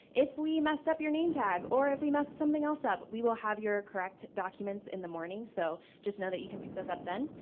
if we messed up your name tag, or if we messed something else up, we will have your correct documents in the morning, so, just know that you can pick those up then.